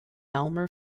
elmer